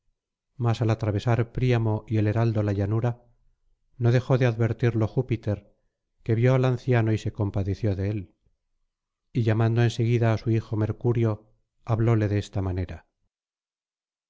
mas al atravesar príamo y el heraldo la llanura no dejó de advertirlo júpiter que vio al anciano y se compadeció de él y llamando en seguida á su hijo mercurio hablóle de esta manera